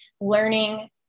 learning